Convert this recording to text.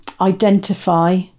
identify